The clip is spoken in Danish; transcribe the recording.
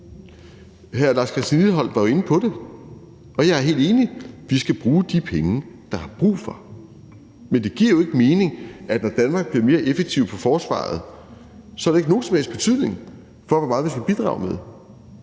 Hr. Lars Christian Lilleholt var jo inde på det, og jeg er helt enig. Vi skal bruge de penge, der er brug for, men det giver jo ikke mening, at når Danmark bliver mere effektive på forsvaret, har det ikke nogen som helst betydning for, hvor meget vi skal bidrage med.